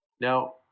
now